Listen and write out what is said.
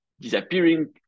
disappearing